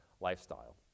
lifestyle